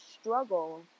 struggle